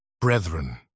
Brethren